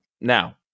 Now